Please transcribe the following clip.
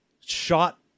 Shot